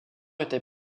était